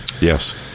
Yes